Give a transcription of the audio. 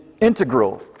integral